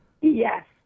Yes